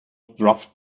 dropped